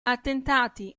attentati